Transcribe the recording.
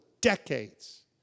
decades